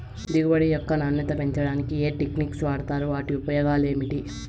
దిగుబడి యొక్క నాణ్యత పెంచడానికి ఏ టెక్నిక్స్ వాడుతారు వాటి ఉపయోగాలు ఏమిటి?